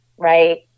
Right